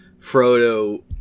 Frodo